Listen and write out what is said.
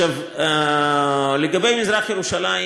לגבי מזרח-ירושלים,